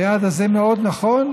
היעד הזה מאוד נכון,